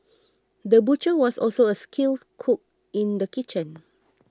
the butcher was also a skilled cook in the kitchen